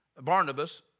Barnabas